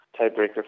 tiebreaker